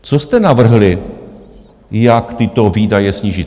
Co jste navrhli, jak tyto výdaje snížit?